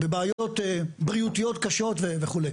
בבעיות בריאותיות קשות וכו'.